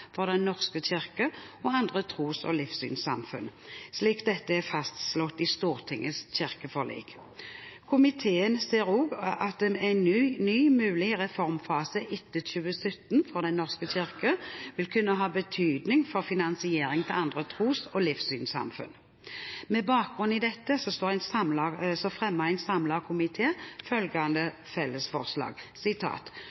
for Den norske kirke og andre tros- og livssynssamfunn, slik dette er fastslått i Stortingets kirkeforlik. Komiteen ser også at en mulig ny reformfase etter 2017 for Den norske kirke vil kunne ha betydning for finansiering til andre tros- og livssynssamfunn. Med bakgrunn i dette fremmer en samlet komité følgende fellesforslag: «Stortinget ber regjeringen komme tilbake til Stortinget med forslag